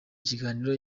kiganiro